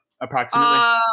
Approximately